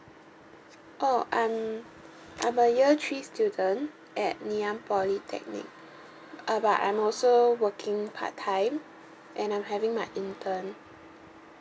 oh I'm I'm a year three student at ngee ann polytechnic uh but I'm also working part time and I'm having my intern